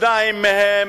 שניים מהם: